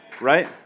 right